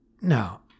Now